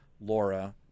Laura